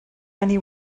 many